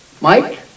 Mike